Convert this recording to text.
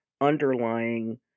underlying